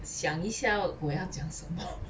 想一下我要讲什么